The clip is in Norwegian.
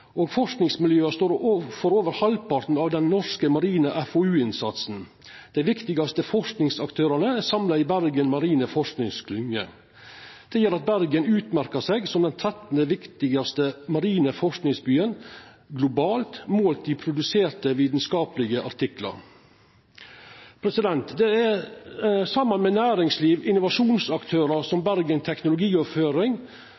og forskingsmiljøa står for over halvparten av den norske marine FoU-innsatsen. Dei viktigaste forskingsaktørane er samla i Bergen marine forskingsklynge. Det gjer at Bergen utmerkar seg som den trettande viktigaste marine forskingsbyen globalt, målt i produserte vitskapelege artiklar. Saman med næringsliv og innovasjonsaktørar som Bergen Teknologioverføring, Sarsia Seed, Sarsia Innovation og Sarsia Development er